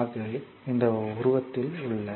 ஆகவே இந்த உருவத்தில் உள்ள